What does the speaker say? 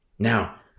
Now